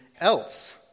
else